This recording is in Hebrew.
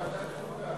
לוועדת החוקה.